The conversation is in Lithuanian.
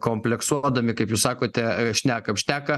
kompleksuodami kaip jūs sakotešneka šnekam šneka